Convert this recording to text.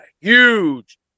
huge